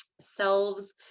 selves